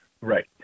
Right